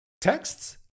Texts